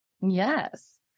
Yes